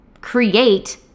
create